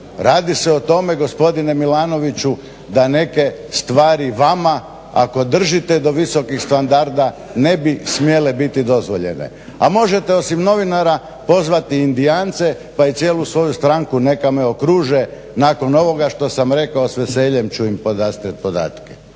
Radi se o tome gospodine Milanoviću da neke stvari vama ako držite do visokih standarda ne bi smjele biti dozvoljene. A možete osim novinara pozvati indijance pa i cijelu svoju stranku neka me okruže nakon ovoga što sam rekao s veseljem ću im podastrijet podatke.